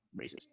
racist